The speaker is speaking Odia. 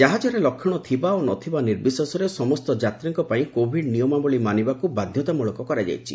ଜାହାଜରେ ଲକ୍ଷଣ ଥିବା ଓ ନଥିବା ନିର୍ବିଶେଷରେ ସମସ୍ତ ଯାତ୍ରୀଙ୍କ ପାଇଁ କୋଭିଡ୍ ନିୟମାବଳୀ ମାନିବାକୁ ବାଧ୍ୟତାମୂଳକ କରାଯାଇଛି